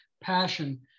passion